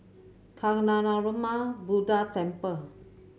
Kancanarama Buddha Temple